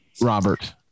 Robert